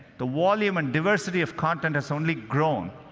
the volume and diversity of content has only grown.